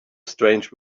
strange